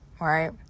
right